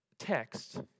text